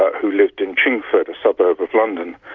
who lived in chingford, a suburb of london,